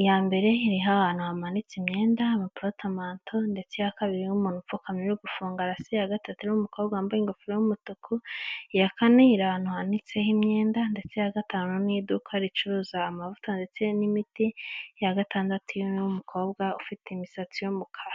iya mbere iriho ahantu hamanitse imyenda amapurotamanto ndetse ya kabiri y'umuntu upfukamye gufunga rasi ya gatatu n'umukobwa wambaye ingofero y'umutuku iyakane iri ahantu hananitseho imyenda ndetse ya gatanu n'iduka ricuruza amavuta ndetse n'imiti ya gatandatu irimo umukobwa ufite imisatsi y'umukara.